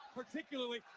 particularly